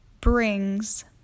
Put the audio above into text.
Brings